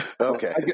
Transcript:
Okay